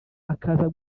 akaza